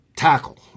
tackle